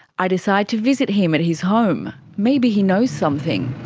i decide to visit him at his home. maybe he knows something.